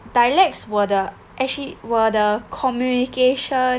dialects were the actually were the communication